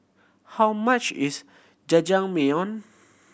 how much is Jajangmyeon